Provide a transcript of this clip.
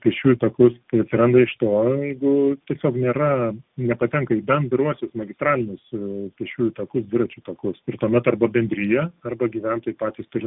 pėsčiųjų takus tai atsiranda iš to jeigu tiesiog nėra nepatenka į bendruosius magistralinius pėsčiųjų takus dviračių takus ir tuomet arba bendrija arba gyventojai patys turi